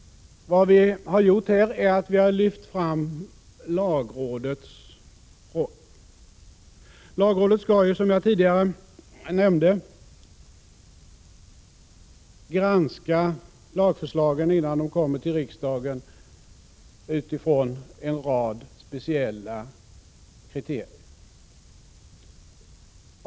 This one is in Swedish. Där har vi lyft fram lagrådets roll. Lagrådet skall ju, som jag tidigare nämnde, granska lagförslagen utifrån en rad speciella kriterier, innan de kommer till riksdagen.